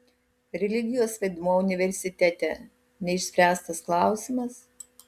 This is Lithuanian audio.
religijos vaidmuo universitete neišspręstas klausimas